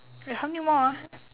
wait how many more ah